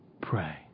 pray